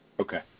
Okay